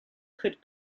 could